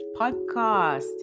podcast